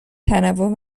تنوع